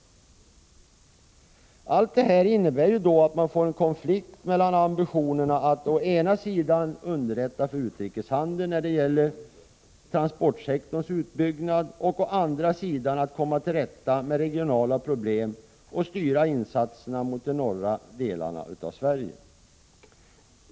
Allt detta innebär att man får en konflikt mellan ambitionerna att å ena sidan underlätta för utrikeshandeln när det gäller transportsektorns utbyggnad och å andra sidan komma till rätta med regionala problem och styra insatserna mot de norra delarna av Sverige.